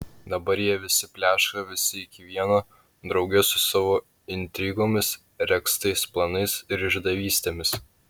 dabar jie visi pleška visi iki vieno drauge su savo intrigomis regztais planais ir išdavystėmis